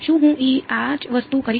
શું હું આ જ વસ્તુ કરી શકું